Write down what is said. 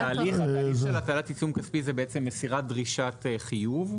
התהליך של הטלת עיצום כספי זה בעצם דרישת חיוב,